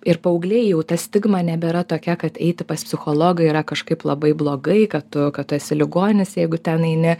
ir paaugliai jau ta stigma nebėra tokia kad eiti pas psichologą yra kažkaip labai blogai kad tu kad tu esi ligonis jeigu ten eini